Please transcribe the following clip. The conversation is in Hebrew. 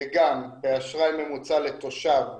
גם באשראי ממוצע לתושב במחוז,